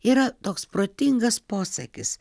yra toks protingas posakis